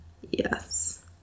yes